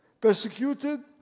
persecuted